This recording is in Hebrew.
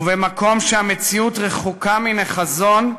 ובמקום שהמציאות רחוקה מן החזון,